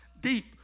deep